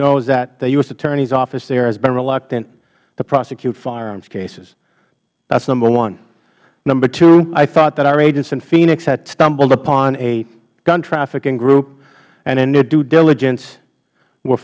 knows that the u s hattorney's office there has been reluctant to prosecute firearms cases that's number one number two i thought that our agents in phoenix had stumbled upon a guntrafficking group and in their due diligence were